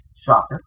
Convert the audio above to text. shocker